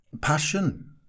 Passion